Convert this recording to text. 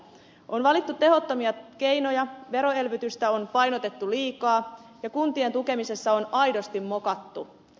on valittu tehottomia keinoja veroelvytystä on painotettu liikaa ja kuntien tukemisessa on aidosti mokattu